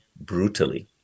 brutally